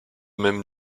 même